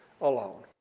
alone